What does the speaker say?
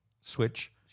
switch